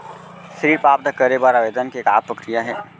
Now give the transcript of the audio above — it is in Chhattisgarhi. ऋण प्राप्त करे बर आवेदन के का प्रक्रिया हे?